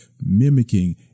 mimicking